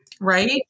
Right